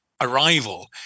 arrival